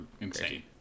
insane